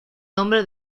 nombre